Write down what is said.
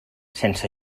sense